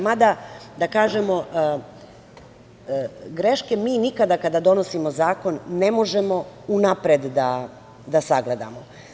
Mada, da kažemo, greške mi nikada kada donosimo zakon ne možemo unapred da sagledamo.